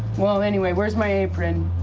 well, anyway, where's my apron?